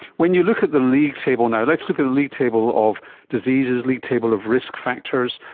when you look at the league table now, let's look at the league table of diseases, league table of risk factors,